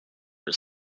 his